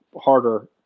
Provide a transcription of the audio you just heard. harder